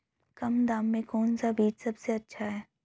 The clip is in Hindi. कम दाम में कौन सा बीज सबसे अच्छा है?